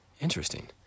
Interesting